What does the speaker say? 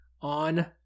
on